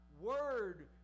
word